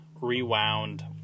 rewound